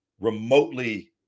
remotely